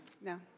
No